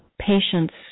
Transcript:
patients